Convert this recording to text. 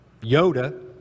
Yoda